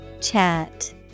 Chat